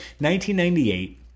1998